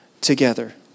together